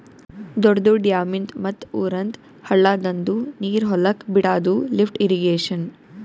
ದೊಡ್ದು ಡ್ಯಾಮಿಂದ್ ಮತ್ತ್ ಊರಂದ್ ಹಳ್ಳದಂದು ನೀರ್ ಹೊಲಕ್ ಬಿಡಾದು ಲಿಫ್ಟ್ ಇರ್ರೀಗೇಷನ್